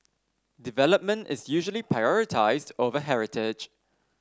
development is usually prioritised over heritage